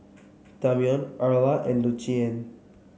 Damion Erla and Lucien